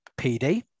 PD